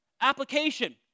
Application